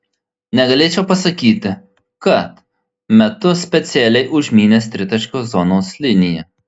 negalėčiau pasakyti kad metu specialiai užmynęs tritaškio zonos liniją